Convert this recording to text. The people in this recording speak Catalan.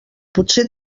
potser